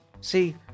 See